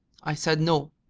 i said no.